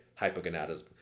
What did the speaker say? hypogonadism